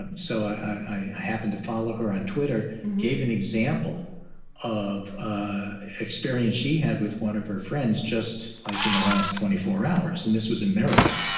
and so i happened to follow her on twitter an example of experience she had with one of her friends, just like in the last twenty four hours. and this was in maryland.